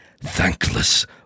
thankless